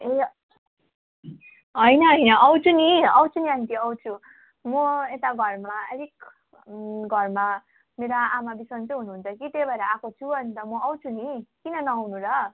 ए होइन होइन आउँछु नि आउँछु नि आन्टी आउँछु म यता घरमा अलिक घरमा मेरो आमा बिसन्चो हुनुहुन्छ कि त्यही भएर आएको छु अनि आएको छु नि किन नआउनु र